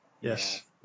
yes